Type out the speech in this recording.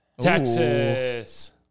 Texas